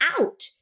out